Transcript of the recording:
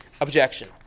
objection